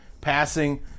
passing